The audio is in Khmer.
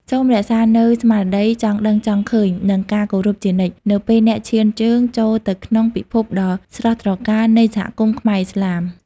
សូមរក្សានូវស្មារតីចង់ដឹងចង់ឃើញ និងការគោរពជានិច្ច នៅពេលអ្នកឈានជើងចូលទៅក្នុងពិភពដ៏ស្រស់ត្រកាលនៃសហគមន៍ខ្មែរឥស្លាម។